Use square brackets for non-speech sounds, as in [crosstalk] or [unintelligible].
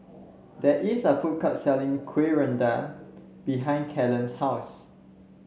there is a food court selling kuih [unintelligible] behind Kellen's house